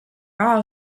are